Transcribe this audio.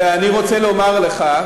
ואני רוצה לומר לך,